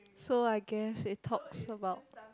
so I guess it talks about